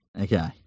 Okay